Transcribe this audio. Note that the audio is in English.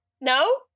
No